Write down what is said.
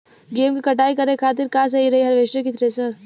गेहूँ के कटाई करे खातिर का सही रही हार्वेस्टर की थ्रेशर?